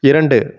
இரண்டு